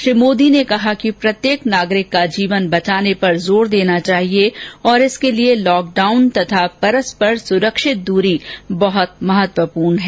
श्री मोदी ने कहा कि प्रत्येक नागरिक का जीवन बचाने पर जोर देना चाहिए और इसके लिए लॉकडाउन तथा परस्पर सुरक्षित दूरी बहुत महत्वपूर्ण है